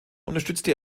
unterstützte